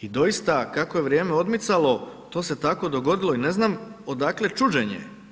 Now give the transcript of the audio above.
i doista kako je vrijeme odmicalo, to se tako dogodilo i ne znam odakle čuđenje.